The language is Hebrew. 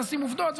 לשים עובדות,